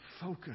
focus